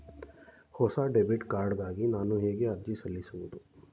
ಹೊಸ debit card ಗಾಗಿ ನಾನು ಹೇಗೆ ಅರ್ಜಿ ಸಲ್ಲಿಸುವುದು?